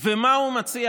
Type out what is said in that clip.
מה הוא מציע